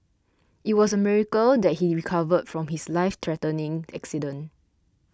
it was a miracle that he recovered from his life threatening accident